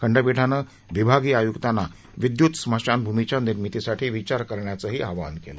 खंडपीठानं विभागीय आयुक्तांना विद्युत स्मशानभूमीच्या निर्मितीसाठी विचार करण्याचही आवाहन केलं